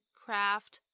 craft